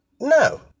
No